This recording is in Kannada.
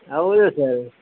ಹೌದು ಸರ್